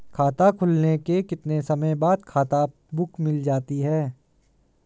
खाता खुलने के कितने समय बाद खाता बुक मिल जाती है?